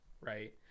Right